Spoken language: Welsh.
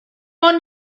ond